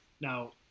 Now